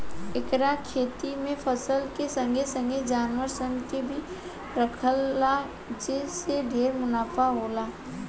एकर खेती में फसल के संगे संगे जानवर सन के भी राखला जे से ढेरे मुनाफा होला